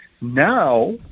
Now